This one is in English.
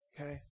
Okay